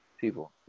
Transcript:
people